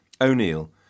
O'Neill